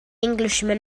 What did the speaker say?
englishman